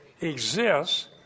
exists